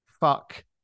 fuck